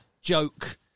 joke